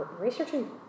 researching